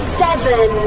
seven